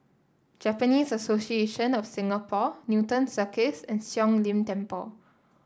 Japanese Association of Singapore Newton Circus and Siong Lim Temple